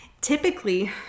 typically